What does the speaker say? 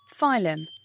Phylum